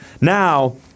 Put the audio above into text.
Now